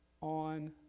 on